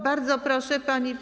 Bardzo proszę, pani.